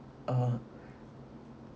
uh